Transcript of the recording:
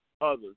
others